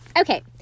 Okay